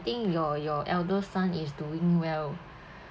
think your your eldest son is doing well